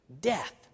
death